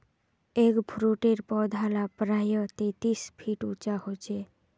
एगफ्रूटेर पौधा ला प्रायः तेतीस फीट उंचा होचे